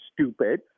stupid